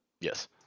Yes